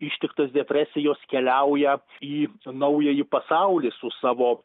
ištiktas depresijos keliauja į naująjį pasaulį su savo